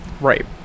right